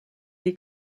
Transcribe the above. les